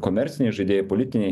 komerciniai žaidėjai politiniai